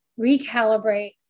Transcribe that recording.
recalibrate